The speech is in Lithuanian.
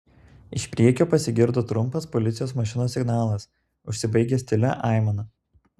iš priekio pasigirdo trumpas policijos mašinos signalas užsibaigęs tylia aimana